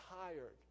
tired